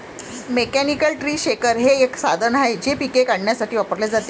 mechanical tree shaker हे एक साधन आहे जे पिके काढण्यासाठी वापरले जाते